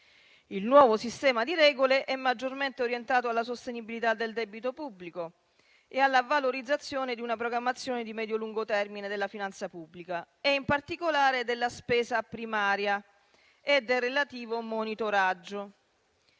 Il nuovo sistema di regole è maggiormente orientato alla sostenibilità del debito pubblico e alla valorizzazione di una programmazione di medio-lungo termine della finanza pubblica, e in particolare della spesa primaria e del relativo monitoraggio.